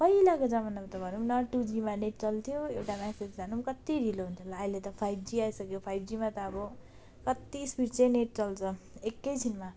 पहिलाको जमाना त भनौँ न टु जीमा नेट चल्थ्यो एउटा म्यासेज जानु कति ढिलो हुन्थ्यो होला अहिले त फाइभ जी आइसक्यो फाइभ जीमा त अब कति स्पिड चाहिँ नेट चल्छ एक छिनमा